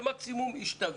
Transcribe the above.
זה מקסימום ישתווה'.